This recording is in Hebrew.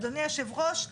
אדוני היושב-ראש,